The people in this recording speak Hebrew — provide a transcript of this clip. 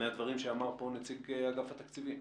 מן הדברים שאמר כאן נציג אגף התקציבים,